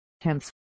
Hence